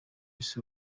isi